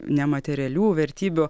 nematerialių vertybių